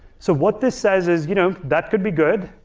so what this says is you know that could be good,